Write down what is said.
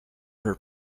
her